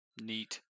Neat